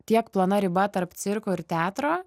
tiek plona riba tarp cirko ir teatro